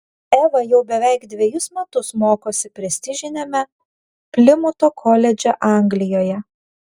eva jau beveik dvejus metus mokosi prestižiniame plimuto koledže anglijoje